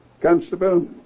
Constable